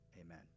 amen